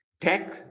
Tech